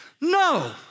no